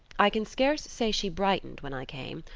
i can scarce say she brightened when i came,